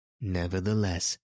Nevertheless